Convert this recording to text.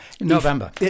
November